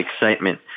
excitement